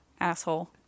Asshole